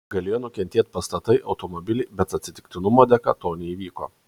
galėjo nukentėt pastatai automobiliai bet atsitiktinumo dėka to neįvyko